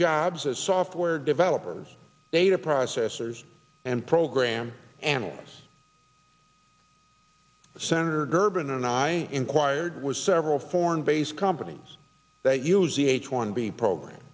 jobs as software developers data processors and program analysts senator durbin and i inquired was several foreign based companies that use the h one b program